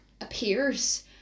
appears